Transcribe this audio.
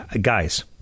Guys